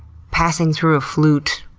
passing through a flute.